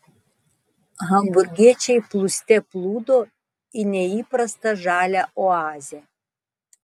hamburgiečiai plūste plūdo į neįprastą žalią oazę